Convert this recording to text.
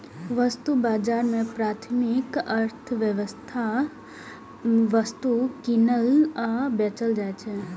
वस्तु बाजार मे प्राथमिक अर्थव्यवस्थाक वस्तु कीनल आ बेचल जाइ छै